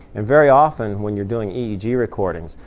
and very often, when you're doing eeg recordings,